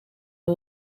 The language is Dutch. een